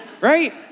Right